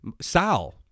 Sal